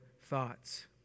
thoughts